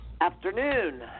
afternoon